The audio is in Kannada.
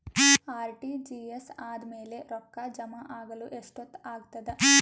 ಆರ್.ಟಿ.ಜಿ.ಎಸ್ ಆದ್ಮೇಲೆ ರೊಕ್ಕ ಜಮಾ ಆಗಲು ಎಷ್ಟೊತ್ ಆಗತದ?